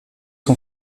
son